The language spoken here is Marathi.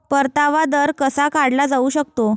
परतावा दर कसा काढला जाऊ शकतो?